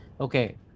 okay